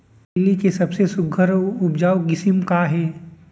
तिलि के सबले सुघ्घर अऊ उपजाऊ किसिम का हे?